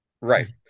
right